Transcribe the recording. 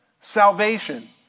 Salvation